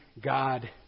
God